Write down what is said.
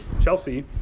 Chelsea